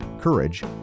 Courage